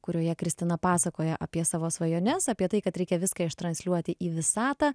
kurioje kristina pasakoja apie savo svajones apie tai kad reikia viską ištransliuoti į visatą